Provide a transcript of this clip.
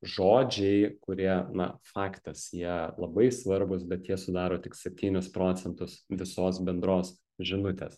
žodžiai kurie na faktas jie labai svarbūs bet jie sudaro tik septynius procentus visos bendros žinutės